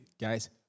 Guys